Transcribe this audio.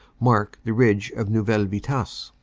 mark the ridge of neuville vi tasse.